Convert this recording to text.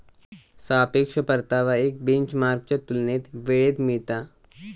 सापेक्ष परतावा एक बेंचमार्कच्या तुलनेत वेळेत मिळता